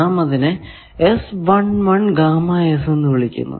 നാം അതിനെ എന്ന് വിളിക്കുന്നു